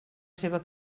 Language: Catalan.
seva